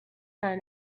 sun